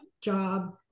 job